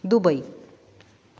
Dubai